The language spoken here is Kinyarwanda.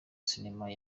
cinema